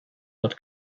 not